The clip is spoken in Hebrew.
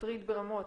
מטריד ברמות,